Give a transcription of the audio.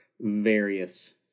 various